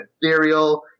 ethereal